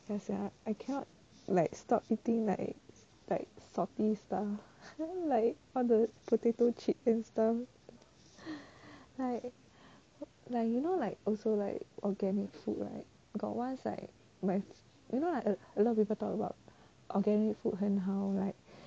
ya sia I cannot like stop eating like salty stuff like all the potato chips and stuff like you know like also like organic food right got once like my friend you know like a lot people talk about organic food 很好 right